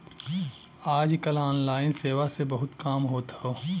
आज कल ऑनलाइन सेवा से बहुत काम होत हौ